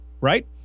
right